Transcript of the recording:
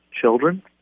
children